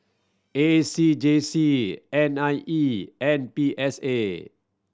A C J C N I E and P S A